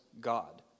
god